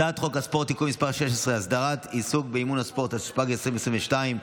התשפ"ג 2023,